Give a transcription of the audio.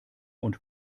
und